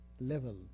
level